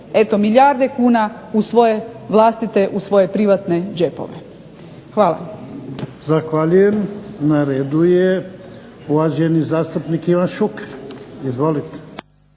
eto milijarde kuna u svoje vlastite, u svoje privatne džepove. Hvala.